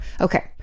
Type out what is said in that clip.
Okay